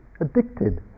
addicted